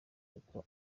kuko